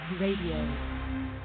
Radio